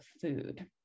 food